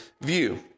view